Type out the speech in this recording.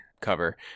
cover